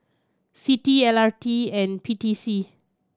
CITI L R T and P T C